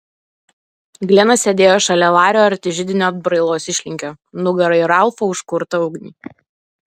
glenas sėdėjo šalia lario arti židinio atbrailos išlinkio nugara į ralfo užkurtą ugnį